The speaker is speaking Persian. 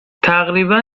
تقریبا